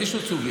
יש עוד סוגיה,